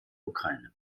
ukraine